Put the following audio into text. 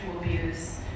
abuse